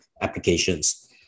applications